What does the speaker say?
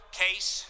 case